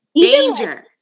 Danger